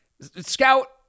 Scout